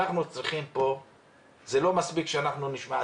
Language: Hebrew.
זה לא מספיק שנשמע.